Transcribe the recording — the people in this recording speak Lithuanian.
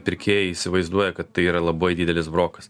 pirkėjai įsivaizduoja kad tai yra labai didelis brokas